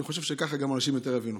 אני חושב שככה גם אנשים יותר יבינו.